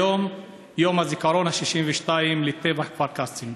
היום יום הזיכרון ה-62 לטבח כפר קאסם.